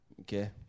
Okay